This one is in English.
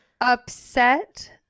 upset